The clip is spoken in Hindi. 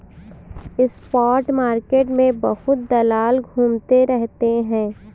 स्पॉट मार्केट में बहुत दलाल घूमते रहते हैं